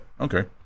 okay